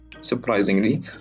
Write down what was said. surprisingly